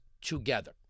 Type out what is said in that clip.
together